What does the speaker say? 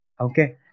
Okay